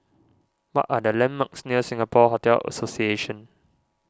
what are the landmarks near Singapore Hotel Association